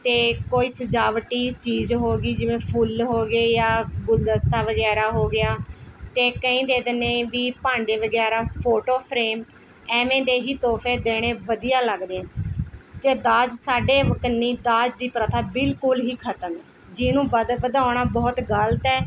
ਅਤੇ ਕੋਈ ਸਜਾਵਟੀ ਚੀਜ਼ ਹੋ ਗਈ ਜਿਵੇਂ ਫੁੱਲ ਹੋਗੇ ਜਾਂ ਗੁਲਦਸਤਾ ਵਗੈਰਾ ਹੋ ਗਿਆ ਅਤੇ ਕਈ ਦੇ ਦਿੰਦੇ ਵੀ ਭਾਂਡੇ ਵਗੈਰਾ ਫੋਟੋ ਫਰੇਮ ਐਵੇਂ ਦੇ ਹੀ ਤੋਹਫੇ ਦੇਣੇ ਵਧੀਆ ਲੱਗਦੇ ਆ ਜੇ ਦਾਜ ਸਾਡੇ ਕਨੀ ਦਾਜ ਦੀ ਪ੍ਰਥਾ ਬਿਲਕੁਲ ਹੀ ਖਤਮ ਜਿਹਨੂੰ ਵਧ ਵਧਾਉਣਾ ਬਹੁਤ ਹੀ ਗ਼ਲਤ ਹੈ